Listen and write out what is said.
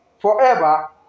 forever